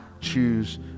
choose